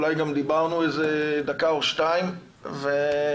אולי גם דיברנו איזה דקה או שתיים והוא